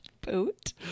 boat